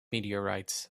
meteorites